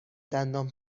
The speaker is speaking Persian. دندان